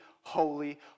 holy